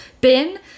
bin